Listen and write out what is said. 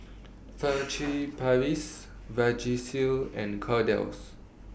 Paris Vagisil and Kordel's